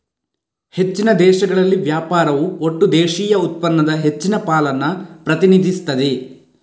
ಹೆಚ್ಚಿನ ದೇಶಗಳಲ್ಲಿ ವ್ಯಾಪಾರವು ಒಟ್ಟು ದೇಶೀಯ ಉತ್ಪನ್ನದ ಹೆಚ್ಚಿನ ಪಾಲನ್ನ ಪ್ರತಿನಿಧಿಸ್ತದೆ